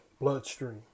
bloodstream